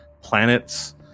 planets